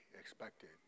expected